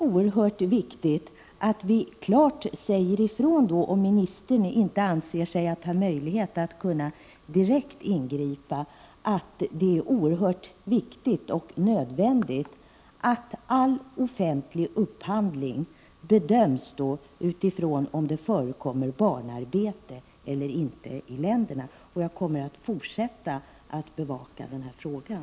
Om ministern inte anser sig ha möjlighet att ingripa direkt är det då oerhört viktigt att vi säger ifrån att det är nödvändigt att all offentlig upphandling bedöms med utgångspunkt i om det förekommer barnarbete eller inte i länderna i fråga. Jag kommer att fortsätta att bevaka den här frågan.